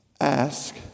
Ask